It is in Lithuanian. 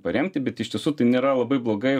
paremti bet iš tiesų tai nėra labai blogai